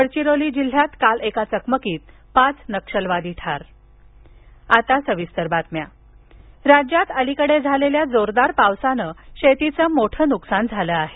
गडचिरोली जिल्ह्यात काल एका चकमकीत पाच नक्षलवादी ठार पीक नकसान पाहणी दौरे राज्यात अलिकडे झालेल्या जोरदार पावसाने शेतीचं मोठं नुकसान झालं आहे